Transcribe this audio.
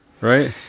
right